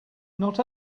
not